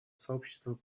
сообщества